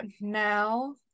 now